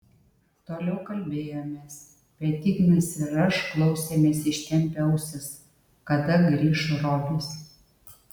toliau kalbėjomės bet ignas ir aš klausėmės ištempę ausis kada grįš robis